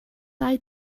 dau